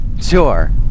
sure